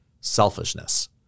selfishness